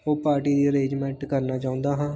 ਉਹ ਪਾਰਟੀ ਦੀ ਅਰੇਂਜਮੈਂਟ ਕਰਨਾ ਚਾਹੁੰਦਾ ਹਾਂ